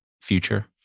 future